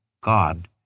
God